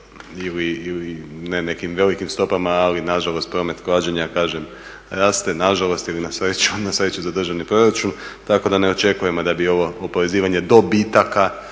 ili ne nekim velikim stopama ali nažalost promet klađenja kažem raste, nažalost ili na sreću za državni proračun. Tako da ne očekujemo da bi ovo oporezivanje dobitaka